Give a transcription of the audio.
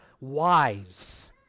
wise